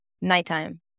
Nighttime